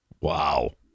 Wow